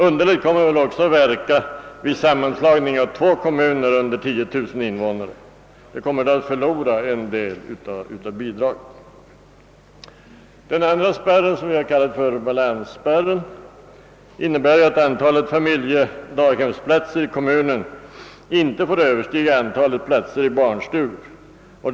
Underligt kommer också kvotregeln att inverka vid en sammanslagning av två kommuner med mindre än 10000 invånare; de kommer att förlora en del av bidraget. Den andra spärren, som vi har kallat för balansspärren, innebär ju att antalet familjedaghemsplatser i kommunen inte får överstiga antalet platser i barnstugor.